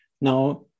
Now